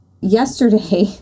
yesterday